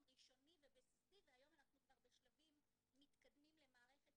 ראשוני ובסיסי והיום אנחנו כבר בשלבים מתקדמים למערכת